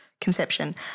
conception